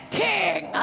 king